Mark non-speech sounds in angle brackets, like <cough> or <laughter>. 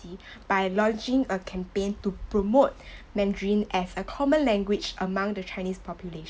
~cy by launching a campaign to promote <breath> mandarin as a common language among the chinese population